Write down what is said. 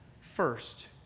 first